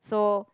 so